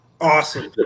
Awesome